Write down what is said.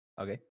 okay